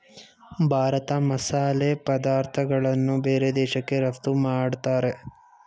ಭಾರತ ಮಸಾಲೆ ಪದಾರ್ಥಗಳನ್ನು ಬೇರೆ ದೇಶಕ್ಕೆ ರಫ್ತು ಮಾಡತ್ತರೆ